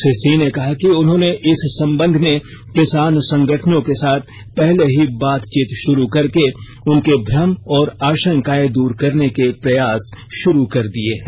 श्री सिंह ने कहा कि उन्होंने इस संबंध में किसान संगठनों के साथ पहले ही बातचीत शुरू करके उनके भ्रम और आशंकाएं दूर करने के प्रयास शुरू कर दिए हैं